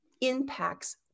impacts